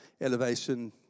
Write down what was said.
Elevation